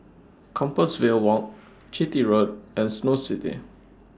Compassvale Walk Chitty Road and Snow City